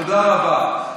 תודה רבה.